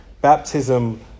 Baptism